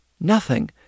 Nothing